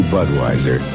Budweiser